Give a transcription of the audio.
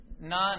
None